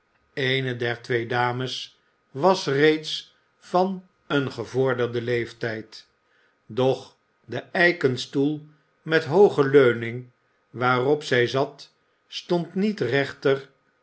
twee dames was reeds van een gevorderden leeftijd doch de eiken stoel met hooge leuning waarop zij zat stond niet rechter